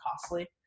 costly